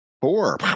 four